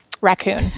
raccoon